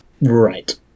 Right